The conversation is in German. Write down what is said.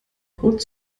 rot